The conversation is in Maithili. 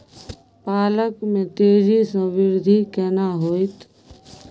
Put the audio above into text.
पालक में तेजी स वृद्धि केना होयत?